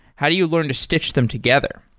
how do you learn to stich them together?